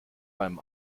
beim